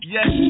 Yes